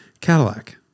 Cadillac